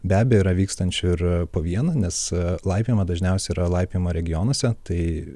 be abejo yra vykstančių ir po vieną nes laipiojama dažniausiai yra laipiojimo regionuose tai